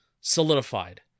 solidified